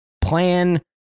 plan